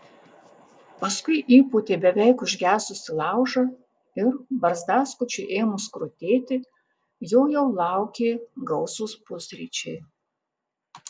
paskui įpūtė beveik užgesusį laužą ir barzdaskučiui ėmus krutėti jo jau laukė gausūs pusryčiai